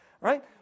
right